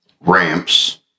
ramps